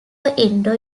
indo